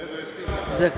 Hvala